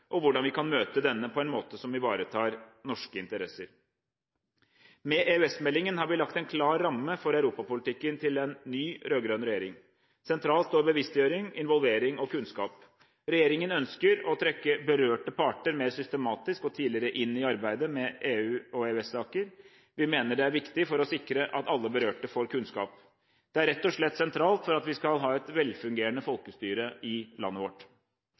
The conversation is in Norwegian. og hvordan vi kan møte dette på en måte som ivaretar norske interesser. Med EØS-meldingen har vi lagt en klar ramme for europapolitikken til en ny rød-grønn regjering. Sentralt står bevisstgjøring, involvering og kunnskap. Regjeringen ønsker å trekke berørte parter mer systematisk og tidligere inn i arbeidet med EU- og EØS-saker. Vi mener det er viktig for å sikre at alle berørte får kunnskap. Det er rett og slett sentralt for at vi skal ha et velfungerende folkestyre i landet vårt.